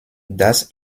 das